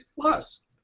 Plus